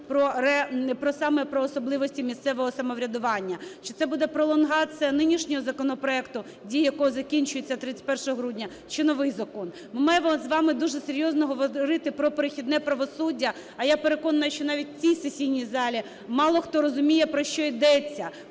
про особливості місцевого самоврядування. Чи це буде пролонгація нинішнього законопроекту, дія якого закінчується 31 грудня, чи новий закон. Ми маємо з вами дуже серйозно говорити про перехідне правосуддя, а я переконана, що навіть у цій сесійні залі мало хто розуміє, про що йдеться,